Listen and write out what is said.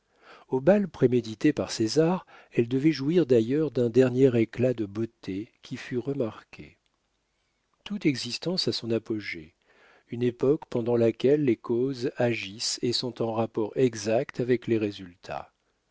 au bal prémédité par césar elle devait jouir d'ailleurs d'un dernier éclat de beauté qui fut remarqué toute existence a son apogée une époque pendant laquelle les causes agissent et sont en rapport exact avec les résultats